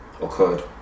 occurred